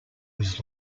was